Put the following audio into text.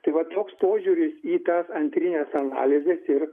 tai va toks požiūris į tas antrines analizes ir